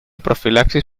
profilaxis